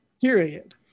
period